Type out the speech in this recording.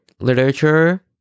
literature